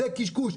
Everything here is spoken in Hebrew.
זה קשקוש.